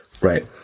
Right